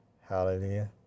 Hallelujah